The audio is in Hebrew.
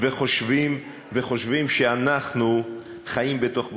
וחושבים שאנחנו חיים בתוך בועה,